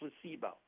placebo